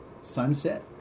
sunset